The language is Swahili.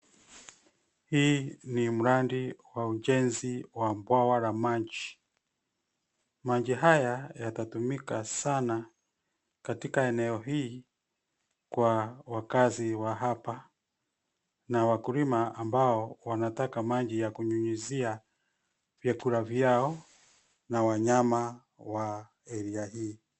Hii ni mradi wa ujenzi wa bwawa la maji. Maji haya yatatumika sana katika eneo hii kwa wakazi wa hapa na wakulima ambao wanataka maji ya kunyunyizia vyakula vyao na wanyama wa area hii.